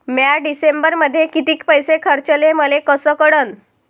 म्या डिसेंबरमध्ये कितीक पैसे खर्चले मले कस कळन?